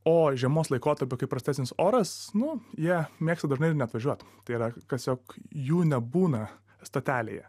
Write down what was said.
o žiemos laikotarpiu kai prastesnis oras nu jie mėgsta dažnai ir neatvažiuot tai yra tiesiog jų nebūna stotelėje